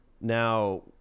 Now